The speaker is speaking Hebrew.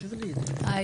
הי,